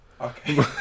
Okay